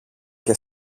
και